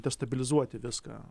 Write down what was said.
destabilizuoti viską